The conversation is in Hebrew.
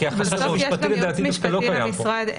בסוף גם יש יועץ משפטי למשרד,